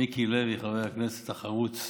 מיקי לוי, חבר הכנסת החרוץ,